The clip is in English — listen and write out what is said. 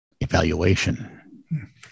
evaluation